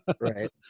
right